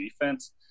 defense